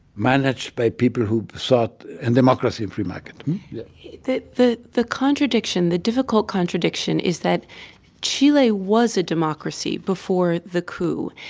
managed by people who sought and democracy and free market yeah the the contradiction the difficult contradiction is that chile was a democracy before the coup.